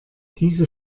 diese